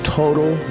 total